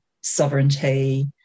sovereignty